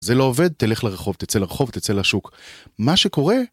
זה לא עובד, תלך לרחוב, תצא לרחוב, תצא לשוק, מה שקורה...